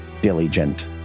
Diligent